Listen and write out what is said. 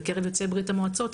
בקרב יוצאי ברית המועצות.